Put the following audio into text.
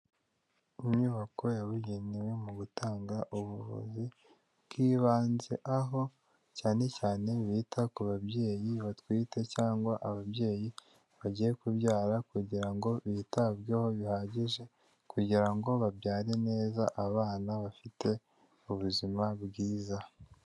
Inyubako yabugenewe mu gutanga ubuvuzi bw'ibanze, aho cyane cyane bita ku babyeyi batwite cyangwa ababyeyi bagiye kubyara kugira ngo bitabweho bihagije, kugirango babyare neza abana bafite ubuzima bwiza.